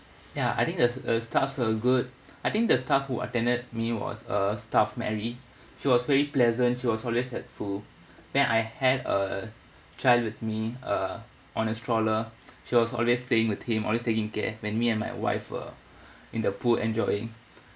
ya I think the uh staffs were good I think the staff who attended me was uh staff mary she was very pleasant she was always helpful then I have a child with me uh on a stroller she was always playing with him always taking care when me and my wife were in the pool enjoying